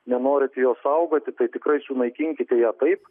nenorit jos saugoti tai tikrai sunaikinkite ją taip